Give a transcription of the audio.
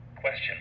Question